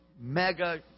mega